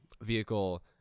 vehicle